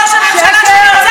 אני אומרת שזה כל הימין?